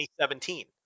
2017